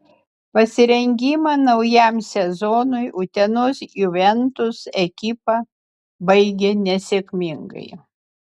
pasirengimą naujam sezonui utenos juventus ekipa baigė nesėkmingai